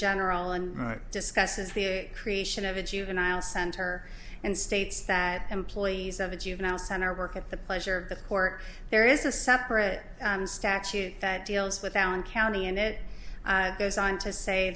general and discusses the creation of a juvenile center and states that employees of the juvenile center work at the pleasure of the court there is a separate statute that deals with allen county and it goes on to say